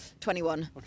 21